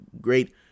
great